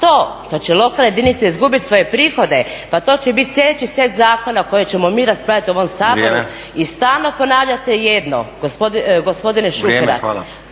što će lokalne jedinice izgubiti svoje prihode, pa to će biti sljedeći set zakona koji ćemo mi raspraviti u ovom Saboru i stalno ponavljate jedno, gospodine Šuker, … vam